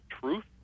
truth